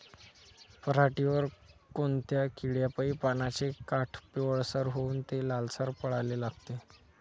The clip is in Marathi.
पऱ्हाटीवर कोनत्या किड्यापाई पानाचे काठं पिवळसर होऊन ते लालसर पडाले लागते?